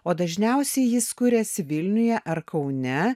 o dažniausiai jis kuriasi vilniuje ar kaune